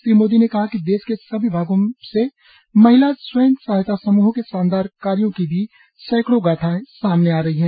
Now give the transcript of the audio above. श्री मोदी ने कहा कि देश के सभी भागों से महिला स्वयं सहायता समूहों के शानदार कार्यों की भी सैंकड़ों गाथाएं सामने आ रही हैं